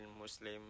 Muslim